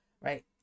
right